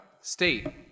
state